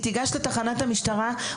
היא תיגש לתחנת המשטרה,